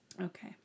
Okay